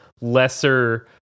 lesser